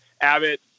Abbott